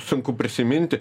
sunku prisiminti